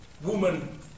woman